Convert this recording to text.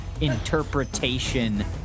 interpretation